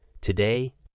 Today